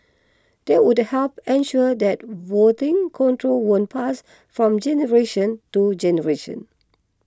that would help ensure that voting control won't pass from generation to generation